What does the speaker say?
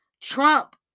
Trump